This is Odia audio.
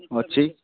ଅଛି